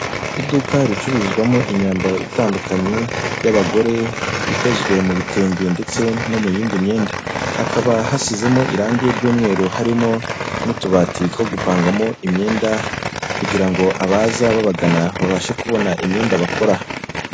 Iduka ricuruzwamo imyambaro itandukanye y'abagore ikozwe mu bitenge ndetse no mu yindi myenda. Hakaba hasizemo irangi ry'umweru harimo n'utubati two gupangamo imyenda kugira ngo abaza babagana babashe kubona imyenda bakora.